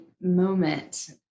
moment